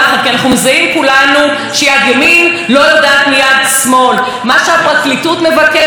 והמשטרה מבקשת ובתי המשפט לא מטפלים כראוי והרווחה לא עושה נכון.